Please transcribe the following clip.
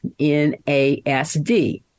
NASD